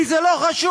כי זה לא חשוב.